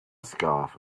scarf